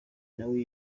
nawe